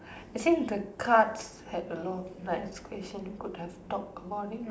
it seems the cards had a lot of nice questions could have talked about it